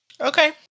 Okay